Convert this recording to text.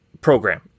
program